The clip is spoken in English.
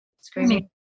Screaming